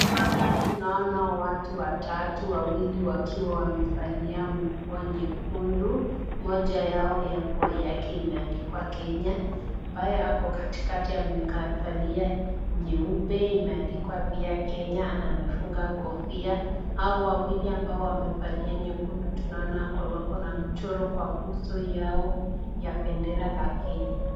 Hapa tunaona watu watatu wawili wakiwa wamevalia nguo nyekundu moja yao ya nguo yake imeandikwa kenya ambayo yamevalia nyeupe imeandikwa pia kenya na amefunga kofia. Hawa wawili ambao wamevalia nyekundu tunaona wako na mchoro kwa uso yao ya bendera ya kenya.